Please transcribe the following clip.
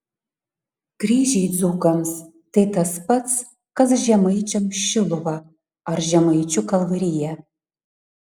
kryžiai dzūkams tai tas pats kas žemaičiams šiluva ar žemaičių kalvarija